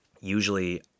usually